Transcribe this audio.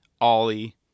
ollie